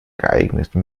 geeignete